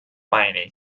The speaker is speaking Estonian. maily